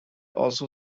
also